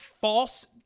false